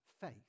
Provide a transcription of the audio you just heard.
faith